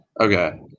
Okay